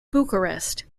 bucharest